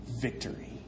victory